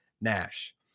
Nash